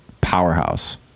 powerhouse